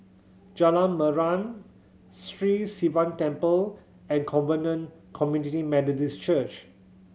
Jalan Mariam Sri Sivan Temple and Covenant Community Methodist Church